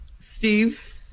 Steve